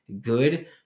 good